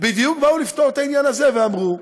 בדיוק באו לפתור את העניין הזה, ואמרו: